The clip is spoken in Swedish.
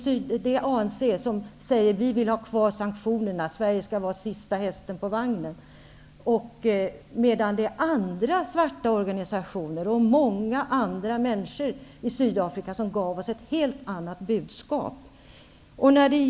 Det är ANC som vill ha kvar sanktionerna och som vill att Sverige skall vara sista hästen på vagnen. Andra svarta organisationer och många andra människor i Sydafrika gav oss ett helt annat budskap.